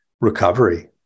recovery